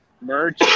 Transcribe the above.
merch